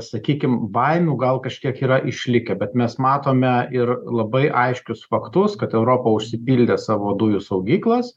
sakykim baimių gal kažkiek yra išlikę bet mes matome ir labai aiškius faktus kad europa užsipildė savo dujų saugyklas